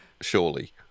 surely